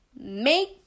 Make